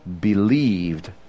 believed